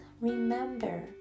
remember